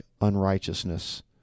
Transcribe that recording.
unrighteousness